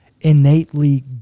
innately